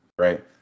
right